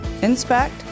inspect